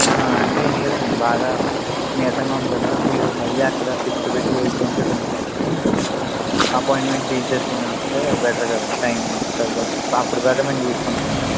అంటే ఏమి లేదండి బాగా నీరసంగా ఉంది కదా మీరు మళ్ళీ అక్కడ కూర్చోబెట్టి వెయిట్ చేయించడం ఎందుకు అని అప్పోయింట్మెంట్ తీసేసుకుని వస్తే బెట్టర్ కదా టైము కలిసి వస్తుంది అప్పటి దాకా మేము చూసుకుంటాము